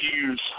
use